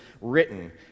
written